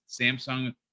Samsung